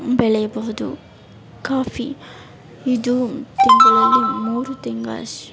ಬೆಳೆಯಬಹುದು ಕಾಫಿ ಇದು ತಿಂಗಳಲ್ಲಿ ಮೂರು ತಿಂಗಳಷ್ಟು